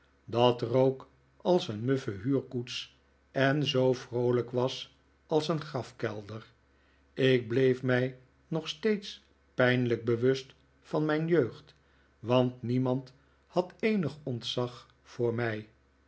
dat rook als een muffe huurkoets en zoo vroolijk was als een grafkelder ik bleef mij nog steeds pijnlijk bewust van mijn jeugd want niemand had eenig ontzag voor mij